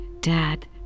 Dad